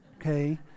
okay